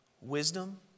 wisdom